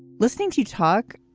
listening to talk,